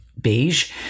beige